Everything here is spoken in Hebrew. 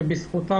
שבזכותה